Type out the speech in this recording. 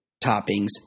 toppings